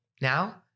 Now